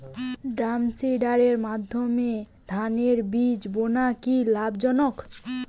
ড্রামসিডারের মাধ্যমে ধানের বীজ বোনা কি লাভজনক?